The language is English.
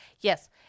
Yes